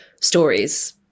stories